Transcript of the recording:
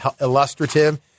illustrative